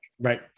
Right